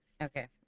okay